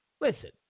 listen